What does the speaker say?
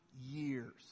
years